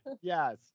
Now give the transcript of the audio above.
yes